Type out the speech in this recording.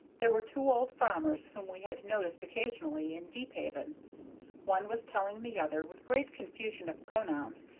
there were two old farmers whom we had noticed occasionally in deephaven one was telling the other, with great confusion of pronouns,